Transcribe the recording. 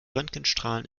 röntgenstrahlen